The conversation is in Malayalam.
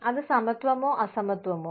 അത് സമത്വമോ അസമത്വമോ